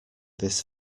this